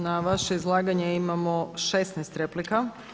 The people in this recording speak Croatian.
Na vaše izlaganje imamo 16 replika.